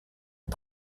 est